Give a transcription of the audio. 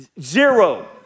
zero